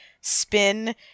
spin